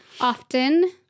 often